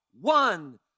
one